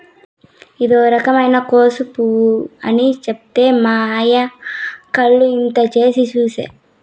ఇదో రకమైన కోసు పువ్వు అని చెప్తే మా అయ్య కళ్ళు ఇంత చేసి చూసే